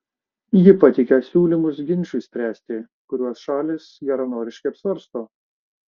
ji pateikia siūlymus ginčui spręsti kuriuos šalys geranoriškai apsvarsto